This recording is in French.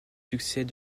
succès